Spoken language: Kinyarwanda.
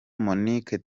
monique